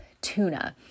tuna